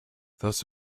thus